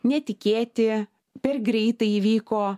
netikėti per greitai įvyko